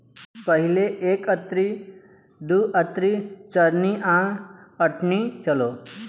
पहिले एक अन्नी, दू अन्नी, चरनी आ अठनी चलो